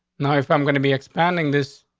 no, if i'm gonna be expanding this,